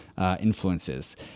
Influences